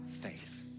faith